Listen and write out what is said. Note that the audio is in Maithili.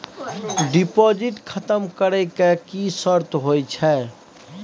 डिपॉजिट खतम करे के की सर्त होय छै?